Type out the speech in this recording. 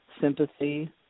sympathy